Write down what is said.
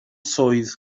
swydd